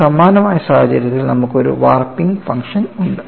ഈ സമാനമായ സാഹചര്യത്തിൽ നമുക്ക് ഒരു വാർപ്പിംഗ് ഫംഗ്ഷൻ ഉണ്ട്